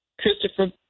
Christopher